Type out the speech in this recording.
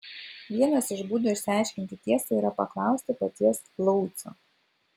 vienas iš būdų išsiaiškinti tiesą yra paklausti paties laucio